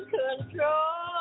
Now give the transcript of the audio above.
control